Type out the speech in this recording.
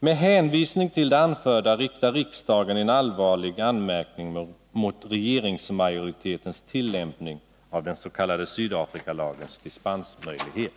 Med hänvisning till det anförda riktar riksdagen en allvarlig anmärkning mot regeringsmajoritetens tillämpning av den s.k. Sydafrikalagens dispensmöjlighet.